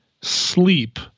sleep